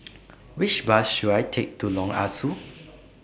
Which Bus should I Take to Lorong Ah Soo